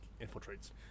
infiltrates